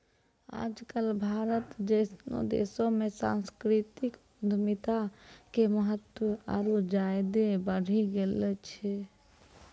आज कल भारत जैसनो देशो मे सांस्कृतिक उद्यमिता के महत्त्व आरु ज्यादे बढ़ि गेलो छै